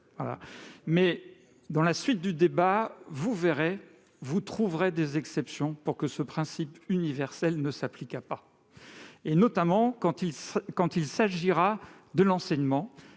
que, dans la suite du débat, vous trouverez des exceptions pour que ce principe universel ne s'applique pas, notamment quand il sera question d'enseignement.